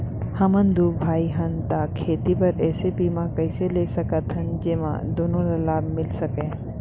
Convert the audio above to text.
हमन दू भाई हन ता खेती बर ऐसे बीमा कइसे ले सकत हन जेमा दूनो ला लाभ मिलिस सकए?